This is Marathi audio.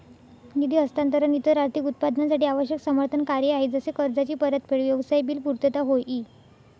निधी हस्तांतरण इतर आर्थिक उत्पादनांसाठी आवश्यक समर्थन कार्य आहे जसे कर्जाची परतफेड, व्यवसाय बिल पुर्तता होय ई